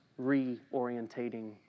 reorientating